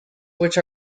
which